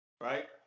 right